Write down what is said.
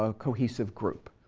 ah cohesive group.